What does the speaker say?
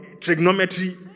trigonometry